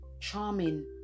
charming